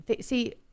See